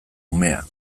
umea